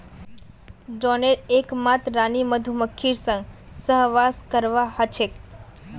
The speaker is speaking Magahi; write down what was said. ड्रोनेर एकमात रानी मधुमक्खीर संग सहवास करवा ह छेक